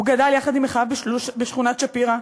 הוא גדל יחד עם אחיו בשכונת שפירא,